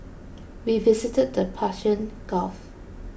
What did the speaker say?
we visited the Persian Gulf